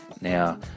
Now